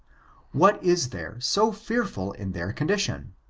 what is there so fearful in their condition!